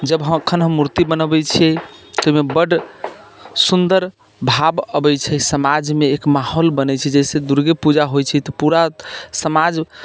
जब हँ एखन हम मूर्ति बनबैत छियै तऽ ओहिमे बड सुन्दर भाव अबैत छै समाजमे एक माहौल बनैत छै जाहि से दुर्गे पूजा होइत छै तऽ पूरा समाज